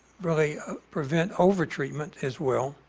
really prevent overtreatment, as well,